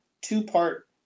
two-part